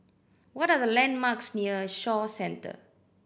what are the landmarks near Shaw Centre